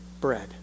bread